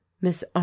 miss